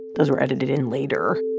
those were edited in later.